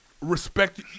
respect –